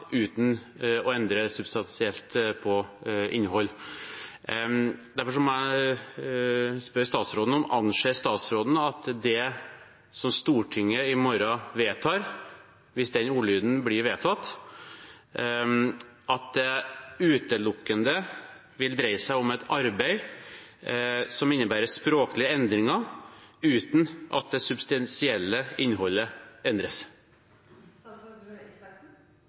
uten å endre substansielt på innhold. Derfor må jeg spørre statsråden: Anser statsråden at det Stortinget i morgen vedtar, hvis den ordlyden blir vedtatt, utelukkende vil dreie seg om et arbeid som innebærer språklige endringer, uten at det substansielle innholdet